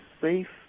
safe